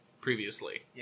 previously